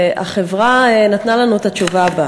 והחברה נתנה לנו את התשובה הבאה: